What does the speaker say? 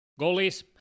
Goalies